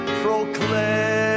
proclaim